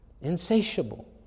Insatiable